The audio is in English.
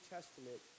Testament